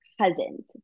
cousins